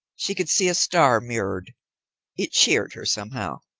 she could see a star mirrored it cheered her somehow.